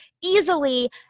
easily